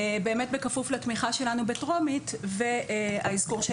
באמת בכפוף לתמיכה שלנו בטרומית והאזכור של